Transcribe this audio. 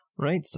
Right